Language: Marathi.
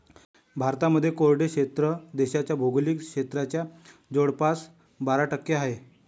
भारतामध्ये कोरडे क्षेत्र देशाच्या भौगोलिक क्षेत्राच्या जवळपास बारा टक्के आहे